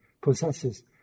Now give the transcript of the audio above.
possesses